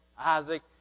Isaac